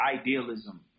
idealism